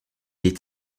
est